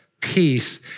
peace